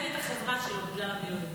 החברה שלו בגלל המילואים.